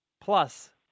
plus